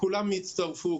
כולם הצטרפו,